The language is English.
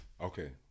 Okay